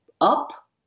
up